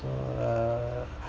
so uh